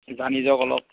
জানি যাওক অলপ